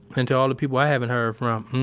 and to all the people i haven't heard from